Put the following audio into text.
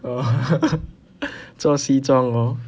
哦做西装哦